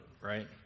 right